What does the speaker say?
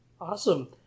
Awesome